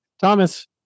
Thomas